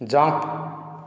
jump